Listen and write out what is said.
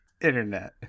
internet